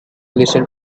listen